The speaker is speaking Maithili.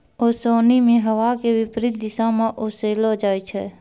ओसोनि मे हवा के विपरीत दिशा म ओसैलो जाय छै